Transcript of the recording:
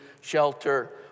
shelter